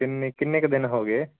ਕਿੰਨੇ ਕਿੰਨੇ ਕੁ ਦਿਨ ਹੋ ਗਏ